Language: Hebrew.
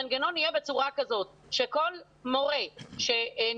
המנגנון יהיה בצורה כזאת שכל מורה שניגש